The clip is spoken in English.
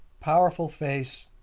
powerful face,